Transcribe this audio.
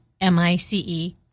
M-I-C-E